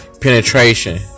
Penetration